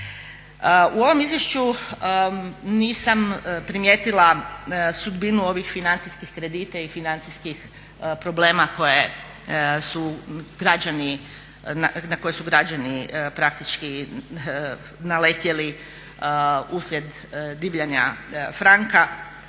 U ovom izvješću nisam primijetila sudbinu ovih financijskih kredita i financijskih problema na koje su građani naletjeli uslijed divljanja